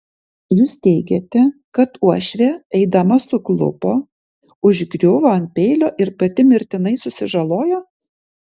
jūs teigiate kad uošvė eidama suklupo užgriuvo ant peilio ir pati mirtinai susižalojo